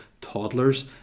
toddlers